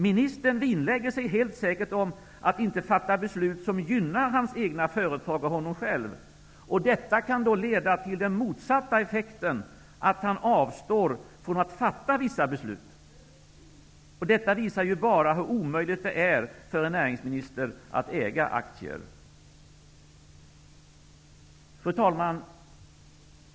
Ministern vinnlägger sig helt säkert om att inte fatta beslut som gynnar hans egna företag och honom själv. Detta kan då leda till den motsatta effekten att han avstår från att fatta vissa beslut. Det visar ju bara hur omöjligt det är för en näringsminister att äga aktier. Fru talman!